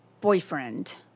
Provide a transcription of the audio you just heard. boyfriend